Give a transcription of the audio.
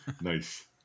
nice